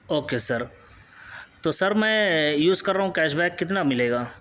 okay sir تو sir میں use کر رہا ہوں کیش بیک کتنا ملے گا